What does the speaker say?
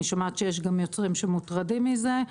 אני שומעת שיש גם יוצרים שמוטרדים מזה,